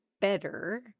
better